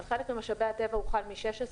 על חלק ממשאבי הטבע הוא חל מ-2016,